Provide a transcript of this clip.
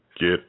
get